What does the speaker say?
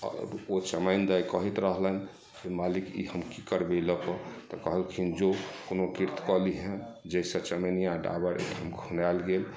आओर ओ चमैन दाइ कहैत रहलैनि मालिक ई हम की करबै लऽ कऽ तऽ कहलखिन जो कोनो कीर्त कऽ लीहँ जाहिसँ चमैनिया डाबर खुनायल गेल